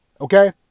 Okay